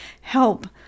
help